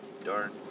darn